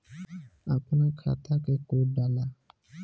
अपना खाता के कोड डाला